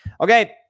Okay